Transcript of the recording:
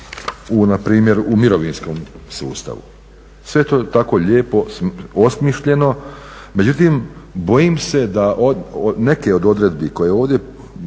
u npr. mirovinskom sustavu. Sve je to tako lijepo osmišljeno, međutim bojim se da neke od odredbi koje ovdje